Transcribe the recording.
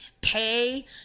pay